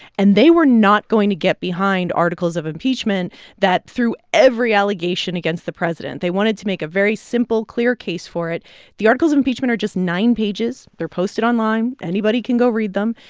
and they were not going to get behind articles of impeachment that through every allegation against the president. they wanted to make a very simple, clear case for it the articles of impeachment are just nine pages. they're posted online. anybody can go read them.